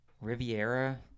Riviera